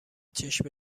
چشم